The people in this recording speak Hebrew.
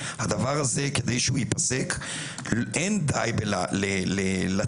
הדבר הזה כדי שהוא ייפסק - אין די בלצאת